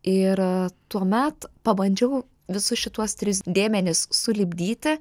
ir tuomet pabandžiau visus šituos tris dėmenis sulipdyti